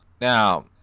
Now